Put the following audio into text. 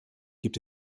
gibt